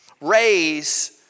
Raise